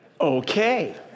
Okay